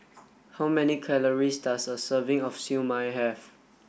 how many calories does a serving of Siew Mai have